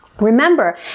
Remember